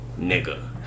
Nigga